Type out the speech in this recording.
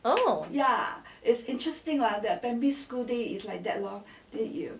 oh